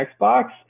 Xbox